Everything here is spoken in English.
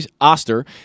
Oster